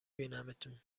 بینمتون